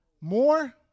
more